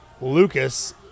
Lucas